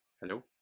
Hello